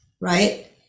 right